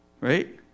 Right